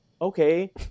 okay